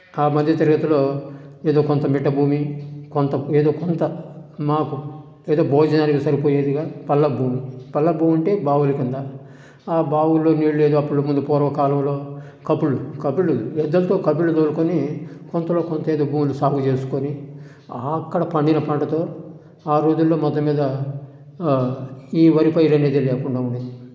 ఆ మధ్యతరగతిలో ఏదో కొంత మిట్ట భూమి కొంత ఏదో కొంత మాకు ఏదో భోజనానికి సరిపోయేదిగా పల్ల భూమి పల్ల భూమి అంటే బావిల కింద ఆ బావిలో నీళ్లు ఏదో అపులు ముందు పూర్వకాలంలో కపులు కపులు ఎద్దులతో కపులు తోలుకొని కొంతలో కొంత ఏదో భూమి సాగు చేసుకొని అక్కడ పండిన పంటతో ఆ రోజుల్లో మొత్తం మీద ఈ వరి పైరు అనేదే లేకుండా ఉన్నింది